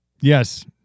yes